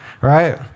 Right